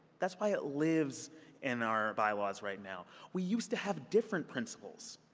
that's why it lives in our bylaws right now. we used to have different principles.